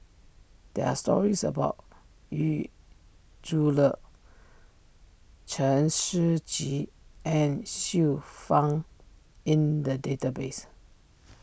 there are stories about Yu Zhule Chen Shiji and Xiu Fang in the database